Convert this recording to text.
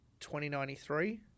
2093